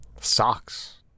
Socks